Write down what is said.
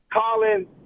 Colin